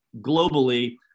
globally